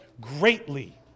greatly